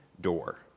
door